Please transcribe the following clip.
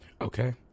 Okay